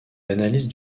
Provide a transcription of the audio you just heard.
analystes